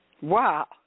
Wow